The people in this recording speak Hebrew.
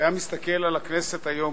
והיה מסתכל על הכנסת היום,